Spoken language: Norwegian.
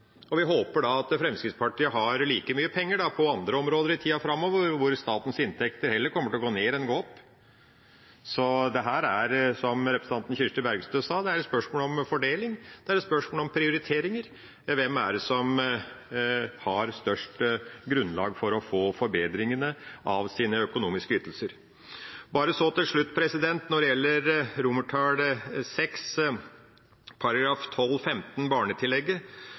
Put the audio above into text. og vi håper da at Fremskrittspartiet har like mye penger på andre områder i tida framover, når statens inntekter heller kommer til å gå ned enn opp. Så dette er, som representanten Kirsti Bergstø sa, et spørsmål om fordeling, det er et spørsmål om prioriteringer: Hvem er det som har størst grunnlag for å få forbedring av sine økonomiske ytelser? Så til slutt, når det gjelder